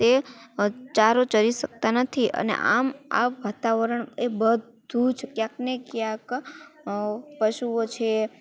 એ ચારો ચરી શકતા નથી અને આમ આ વાતાવરણ એ બધું જ ક્યાંક ને ક્યાંક પશુઓ છે